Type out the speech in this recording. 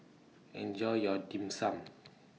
Enjoy your Dim Sum